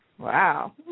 Wow